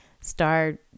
start